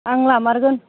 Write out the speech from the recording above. आं लामारगोन